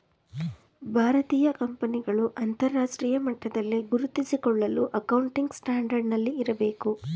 ಭಾರತೀಯ ಕಂಪನಿಗಳು ಅಂತರರಾಷ್ಟ್ರೀಯ ಮಟ್ಟದಲ್ಲಿ ಗುರುತಿಸಿಕೊಳ್ಳಲು ಅಕೌಂಟಿಂಗ್ ಸ್ಟ್ಯಾಂಡರ್ಡ್ ನಲ್ಲಿ ಇರಬೇಕು